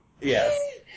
Yes